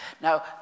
Now